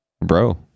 bro